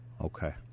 Okay